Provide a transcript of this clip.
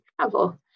travel